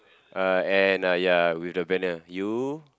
uh and uh ya with the banner you